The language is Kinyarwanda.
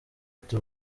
ati